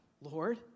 Lord